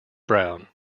brown